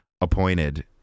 appointed